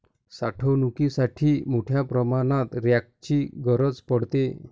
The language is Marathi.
साठवणुकीसाठी मोठ्या प्रमाणावर रॅकची गरज पडते